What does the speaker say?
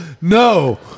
no